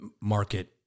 market